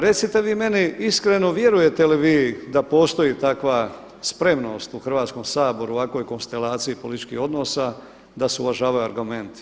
Recite vi meni iskreno, vjerujete li vi da postoji takva spremnost u Hrvatskom saboru o ovakvoj konstelaciji političkih odnosa da se uvažavaju argumenti?